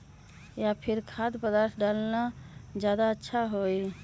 या फिर खाद्य पदार्थ डालना ज्यादा अच्छा होई?